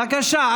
בבקשה.